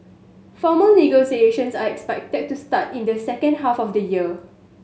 formal negotiations are expected to start in the second half of the year